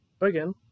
Again